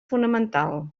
fonamental